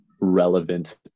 relevant